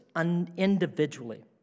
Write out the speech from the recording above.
individually